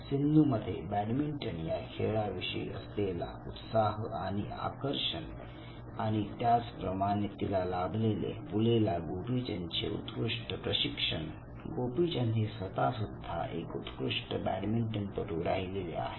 सिंधू मध्ये बॅडमिंटन या खेळाविषयी असलेला उत्साह आणि आकर्षण आणि त्याच प्रमाणे हिला लाभलेले पुलेला गोपीचंद चे उत्कृष्ट प्रशिक्षण गोपीचंद हे स्वतः सुद्धा एक उत्कृष्ट बॅडमिंटनपटू राहिलेले आहेत